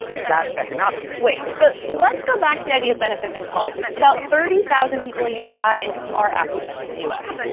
and that's economics. adriene wait, but let's go back to the idea of benefits and costs. about thirty thousand people a year die in car accidents in the us.